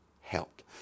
helped